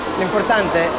l'importante